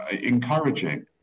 encouraging